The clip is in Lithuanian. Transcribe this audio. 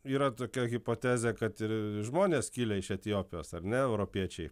yra tokia hipotezė kad ir žmonės kilę iš etiopijos ar ne europiečiai